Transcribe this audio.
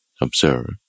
observe